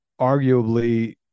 arguably